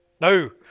No